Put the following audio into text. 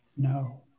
No